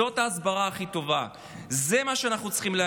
זאת ההסברה הכי טובה.